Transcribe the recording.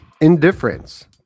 indifference